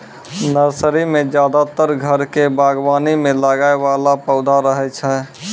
nursery मॅ ज्यादातर घर के बागवानी मॅ लगाय वाला पौधा रहै छै